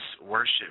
worship